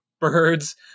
birds